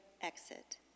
exit